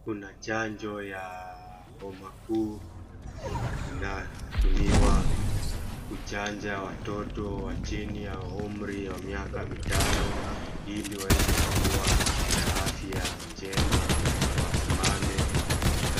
Kuna chanjo ya homa kuu inatumiwa kuchanja watoto wa chini wa umri wa miaka mitano ili waweze kuwa na afya njema na wasimame.